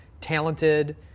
talented